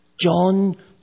John